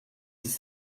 dix